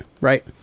right